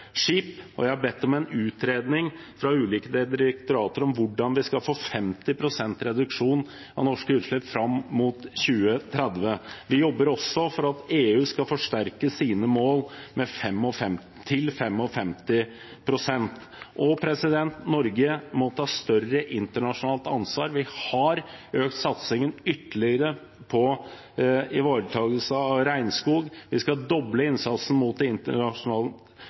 skip. Jeg har bedt om en utredning fra ulike direktorater om hvordan vi skal få 50 pst. reduksjon av norske utslipp fram mot 2030. Vi jobber også for at EU skal forsterke sine mål til 55 pst. Norge må ta større internasjonalt ansvar. Vi har økt satsingen ytterligere på ivaretagelse av regnskog, vi skal doble innsatsen med det internasjonale